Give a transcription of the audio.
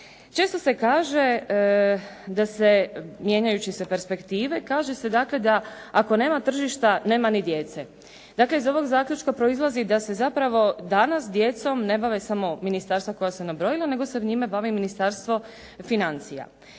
Često se kaže da se mijenjajući se perspektive kaže se dakle ako nema tržišta, nema ni djece. Dakle, iz ovog zaključka proizlazi da se zapravo danas s djecom ne bave samo ministarstva koja sam nabrojila, nego se njima bave i Ministarstvo financija.